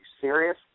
serious